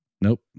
Nope